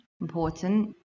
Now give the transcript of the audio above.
important